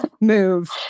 move